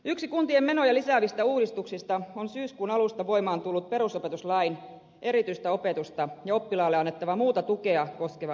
yksi kuntien menoja lisäävistä uudistuksista on syyskuun alusta voimaan tullut perusopetuslain erityisopetusta ja oppilaalle annettavaa muuta tukea koskeva lakimuutos